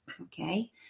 okay